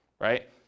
right